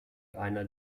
einer